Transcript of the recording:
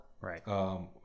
right